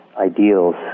ideals